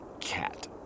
cat